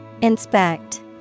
inspect